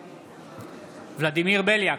בעד ולדימיר בליאק,